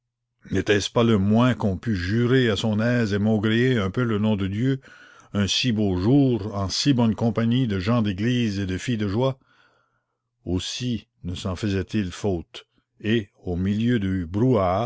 n'était-ce pas le moins qu'on pût jurer à son aise et maugréer un peu le nom de dieu un si beau jour en si bonne compagnie de gens d'église et de filles de joie aussi ne s'en faisaient-ils faute et au milieu du